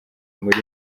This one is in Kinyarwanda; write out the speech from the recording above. muri